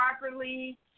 properly